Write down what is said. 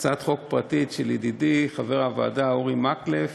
הצעת חוק פרטית של ידידי חבר הוועדה אורי מקלב,